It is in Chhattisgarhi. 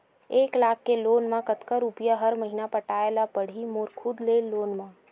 एक लाख के लोन मा कतका रुपिया हर महीना पटाय ला पढ़ही मोर खुद ले लोन मा?